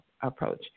approach